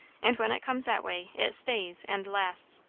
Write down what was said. and when it comes that way, it stays, and lasts.